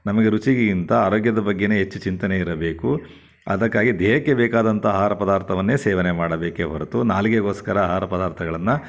ನಮಗೆ ರುಚಿಗಿಂತ ಆರೋಗ್ಯದ ಬಗ್ಗೆನೇ ಹೆಚ್ಚು ಚಿಂತನೆ ಇರಬೇಕು ಅದಕ್ಕಾಗಿ ದೇಹಕ್ಕೆ ಬೇಕಾದಂಥ ಆಹಾರ ಪದಾರ್ಥವನ್ನೇ ಸೇವನೆ ಮಾಡಬೇಕೇ ಹೊರತು ನಾಲಿಗೆಗೋಸ್ಕರ ಆಹಾರ ಪದಾರ್ಥಗಳನ್ನು